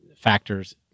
factors